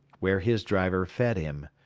where his driver fed him.